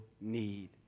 need